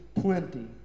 plenty